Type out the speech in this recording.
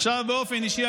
עכשיו באופן אישי,